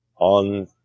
on